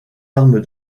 armes